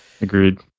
Agreed